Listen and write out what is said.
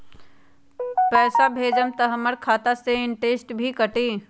पैसा भेजम त हमर खाता से इनटेशट भी कटी?